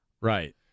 Right